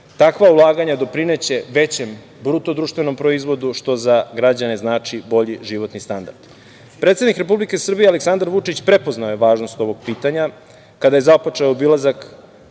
takva ulaganja doprineće većem BDP, što za građane znači bolji životni standard. Predsednik Republike Srbije Aleksandar Vučić, prepoznao je važnost ovog pitanja, kada je započeo obilazak